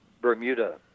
Bermuda